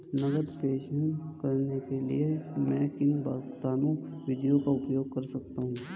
नकद प्रेषण करने के लिए मैं किन भुगतान विधियों का उपयोग कर सकता हूँ?